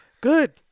Good